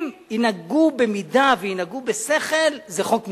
אם ינהגו במידה וינהגו בשכל, זה חוק מצוין.